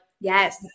yes